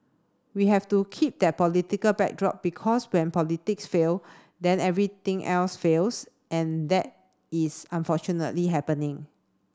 we have to keep that political backdrop because when politics fail then everything else fails and that is unfortunately happening